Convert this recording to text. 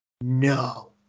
no